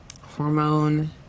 hormone